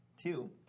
Two